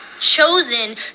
chosen